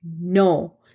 no